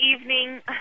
evening –